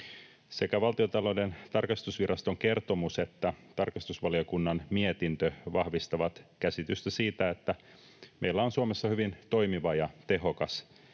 Sekä Valtiontalouden tarkastusviraston kertomus että tarkastusvaliokunnan mietintö vahvistavat käsitystä siitä, että meillä on Suomessa hyvin toimiva ja tehokas